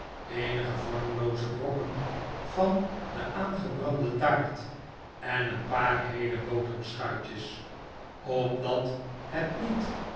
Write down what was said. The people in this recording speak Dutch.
eenige vormlooze brokken van de aangebrande taart en een paar heele boterbeschuitjes opdat het niet